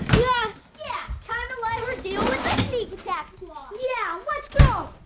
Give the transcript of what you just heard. yeah yeah kind of like her deal with the sneak attack squad. yeah, let's go!